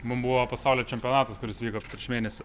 mum buvo pasaulio čempionatas kuris vyko prieš mėnesį